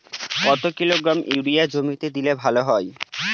কত kilogram urea জমিতে দিলে ভালো হয়?